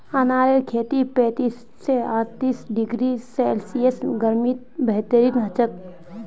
अनारेर खेती पैंतीस स अर्तीस डिग्री सेल्सियस गर्मीत बेहतरीन हछेक